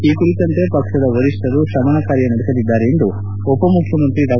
ಈ ಕುರಿತಂತೆ ಪಕ್ಷದ ವರಿಷ್ಠರು ಶಮನ ಕಾರ್ಯ ನಡೆಸಲಿದ್ದಾರೆಂದು ಉಪಮುಖ್ಯಮಂತ್ರಿ ಡಾ